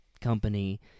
company